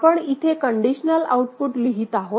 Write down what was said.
आपण इथे conditional output लिहीत आहोत